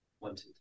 Wanted